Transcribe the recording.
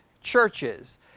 churches